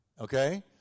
Okay